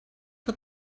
que